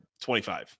25